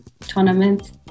tournaments